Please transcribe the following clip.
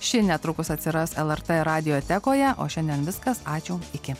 ši netrukus atsiras lrt radiotekoje o šiandien viskas ačiū iki